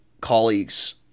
colleagues